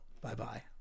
Bye-bye